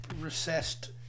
recessed